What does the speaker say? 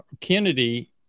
Kennedy